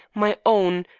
my own,